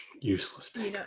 useless